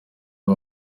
uyu